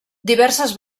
diverses